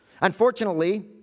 Unfortunately